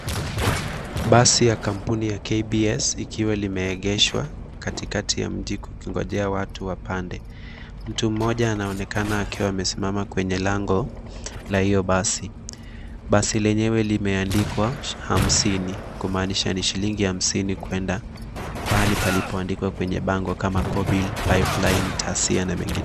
Basi ya kampuni ya KBS ikiwa limeegeshwa katikati ya mji, kukingojea watu wapande. Mtu mmoja anaonekana akiwa amesimama kwenye lango la hiyo basi. Basi lenyewe limeandikwa 50,kumaanisha ni shilingi 50 kwenda pahali palipo andikwa kwenye bango kama Kobil, Pipeline, Tasia na mengine.